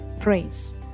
praise